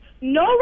no